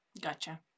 Gotcha